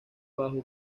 bajo